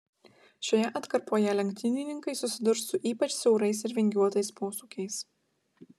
šioje atkarpoje lenktynininkai susidurs su ypač siaurais ir vingiuotais posūkiais